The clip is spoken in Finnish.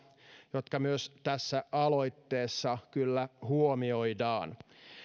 jotka myös tässä aloitteessa kyllä huomioidaan